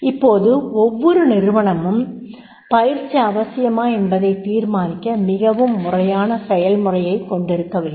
இப்போது ஒவ்வொரு நிறுவனமும் பயிற்சி அவசியமா என்பதை தீர்மானிக்க மிகவும் முறையான செயல்முறை யைக் கொண்டிருக்க வேண்டும்